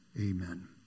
amen